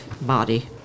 body